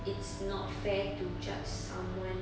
it's not fair to judge someone